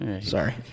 Sorry